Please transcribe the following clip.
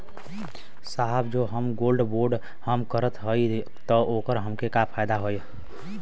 साहब जो हम गोल्ड बोंड हम करत हई त ओकर हमके का फायदा ह?